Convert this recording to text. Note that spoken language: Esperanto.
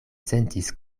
sentis